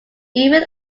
even